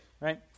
right